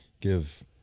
give